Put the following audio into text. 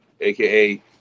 aka